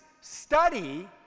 study